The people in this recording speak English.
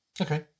Okay